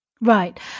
Right